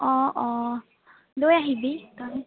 অ অ লৈ আহিবি তই